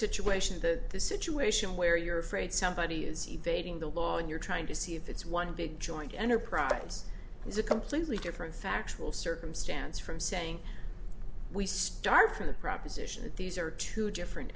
situation that the situation where you're afraid somebody is evading the law and you're trying to see if it's one big joint enterprise is a completely different factual circumstance from saying we start from the proposition that these are two different